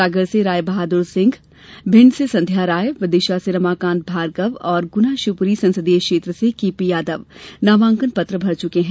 सागर से राय बहादुर सिंह भिण्ड से संध्या राय विदिशा से रमाकांत भार्गव और गुना शिवपुरी संसदीय क्षेत्र से केपी यादव नामांकन जमा कर चुके हैं